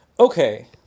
Okay